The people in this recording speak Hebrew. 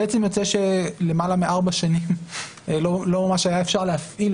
יוצא שלמעלה מארבע שנים לא ממש אפשר היה להפעיל